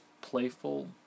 playful